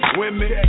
women